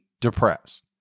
depressed